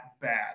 bad